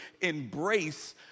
embrace